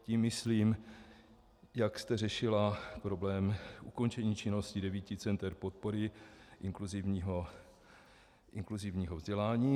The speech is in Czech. Tím myslím, jak jste řešila problém ukončení činnosti devíti center podpory inkluzivního vzdělání.